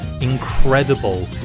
incredible